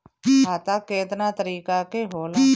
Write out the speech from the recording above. खाता केतना तरीका के होला?